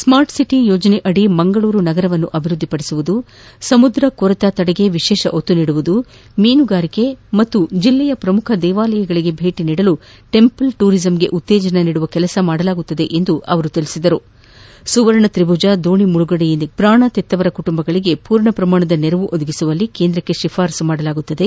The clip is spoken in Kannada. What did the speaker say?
ಸ್ಮಾರ್ಟ್ ಸಿಟಿ ಯೋಜನೆಯಡಿ ಮಂಗಳೂರನ್ನು ಅಭಿವೃದ್ಧಿಪಡಿಸುವುದು ಸಮುದ್ರ ಕೊರೆತ ತಡೆಗೆ ವಿಶೇಷ ಒತ್ತು ನೀಡುವುದು ಮೀನುಗಾರಿಕೆ ಮತ್ತು ಜಿಲ್ಲೆಯ ಪ್ರಮುಖ ದೇವಾಲಯಗಳಿಗೆ ಭೇಟಿ ನೀಡಲು ಟೆಂಪಲ್ ಟೂರಿಸಂಗೆ ಉತ್ತೇಜನ ನೀಡುವ ಕೆಲಸ ಮಾಡಲಾಗುವುದು ಎಂದು ಹೇಳಿದ ಅವರು ಸುವರ್ಣ ತ್ರಿಭುಜ ದೋಣಿ ಮುಳುಗಡೆಯಾಗಿ ಪ್ರಾಣ ತೆತ್ತವರ ಕುಟುಂಬಗಳಿಗೆ ಪೂರ್ಣ ಪ್ರಮಾಣದ ನೆರವು ಒದಗಿಸುವಲ್ಲಿ ಕೇಂದ್ರಕ್ಕೆ ಶಿಫಾರಸ್ಸು ಮಾಡಲಾಗುವುದು